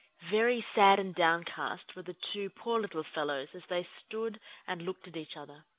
very sad and downcast were the two poor little fellows as they stood and looked at each other.